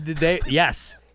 Yes